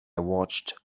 watched